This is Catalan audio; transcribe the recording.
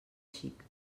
xic